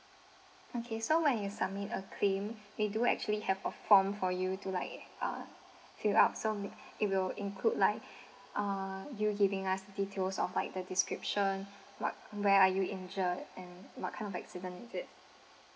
okay so when you submit a claim we do actually have a form for you to like uh fill up so it will include like uh you giving us details of like the description what where are you injured and what kind of accident is it